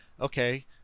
Okay